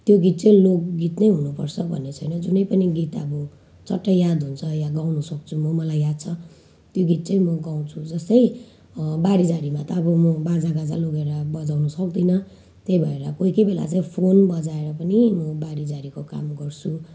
त्यो गीत चाहिँ लोकगीत नै हुनुपर्छ भन्ने छैन जुनै पनि गीत आब झट्टै याद हुन्छ या गाउनुसक्छु म मलाई याद छ त्यो गीत चाहिँ म गाउँछु जस्तै बारीझारीमा त अब म बाजागाजा लगेर म बजाउनु सक्दिनँ त्यही भएर कोही कोही बेला चाहिँ फोन बजाएर पनि म बारीझारीको काम गर्छु